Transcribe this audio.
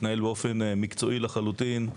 להתנהל באופן מקצועי לחלוטין,